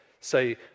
say